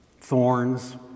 thorns